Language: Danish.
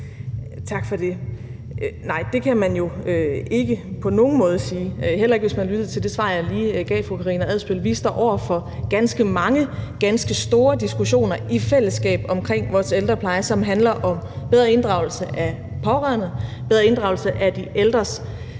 Tak for det. Nej, det kan man jo ikke på nogen måde sige, heller ikke hvis man lyttede til det svar, jeg lige gav fru Karina Adsbøl. Vi står over for ganske mange, ganske store diskussioner i fællesskab omkring vores ældrepleje, som handler om bedre inddragelse af pårørende, bedre inddragelse af de ældres